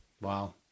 Wow